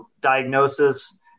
diagnosis